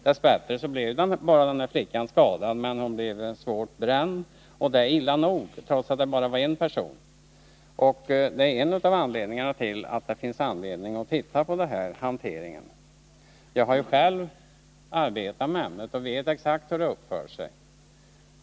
Dess bättre blev bara en person skadad — det var en flicka som blev svårt bränd, och det är illa nog. Det finns alltså anledning att se över bestämmelserna om hanteringen av det här ämnet. Jag har själv arbetat med det och vet exakt hur det uppför sig.